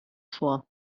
vor